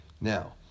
Now